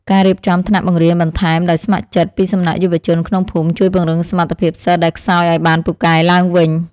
ការរៀបចំថ្នាក់បង្រៀនបន្ថែមដោយស្ម័គ្រចិត្តពីសំណាក់យុវជនក្នុងភូមិ ជួយពង្រឹងសមត្ថភាពសិស្សដែលខ្សោយឱ្យបានពូកែឡើងវិញ។